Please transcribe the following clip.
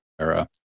era